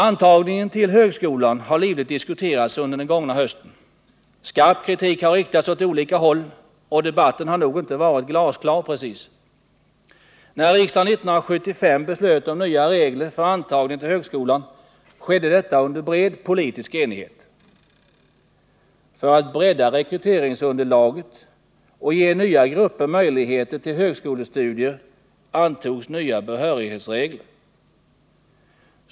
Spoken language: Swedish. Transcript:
Antagningen till högskolan har livligt diskuterats under den gångna hösten. Skarp kritik har riktats åt olika håll, och debatten har nog inte varit precis glasklar. När riksdagen 1975 beslöt om nya regler för antagning till högskolan skedde detta under bred politisk enighet. För att bredda rekryteringsunderlaget och ge nya grupper möjligheter till högskolestudier antogs nya behörighetsregler.